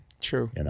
True